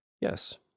Yes